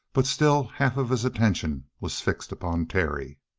but still half of his attention was fixed upon terry.